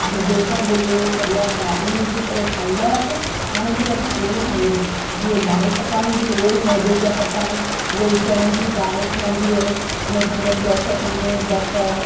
जीअं बेसण भुञी सॼा भाॼियूं विझी करे ठाहींदा हुआसीं हाणे बि असां हूअं ई ठाहियूं जीअं दाल पकवान बि उहे ई मैदे जा पकवान उहा ई चणनि जी दाल ठहंदी आहे उन सां गॾु ॿ चटिणियूं बसरु